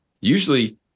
Usually